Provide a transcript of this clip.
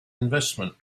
investment